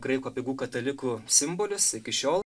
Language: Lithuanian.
graikų apeigų katalikų simbolis iki šiol